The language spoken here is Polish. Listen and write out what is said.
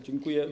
Dziękuję.